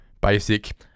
basic